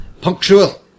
punctual